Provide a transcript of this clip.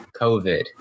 COVID